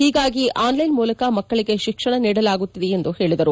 ಹೀಗಾಗಿ ಆನ್ಲೈನ್ ಮೂಲಕ ಮಕ್ಕಳಿಗೆ ಶಿಕ್ಷಣ ನೀಡಲಾಗುತ್ತಿದೆ ಎಂದು ಹೇಳಿದರು